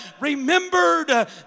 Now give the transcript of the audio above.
remembered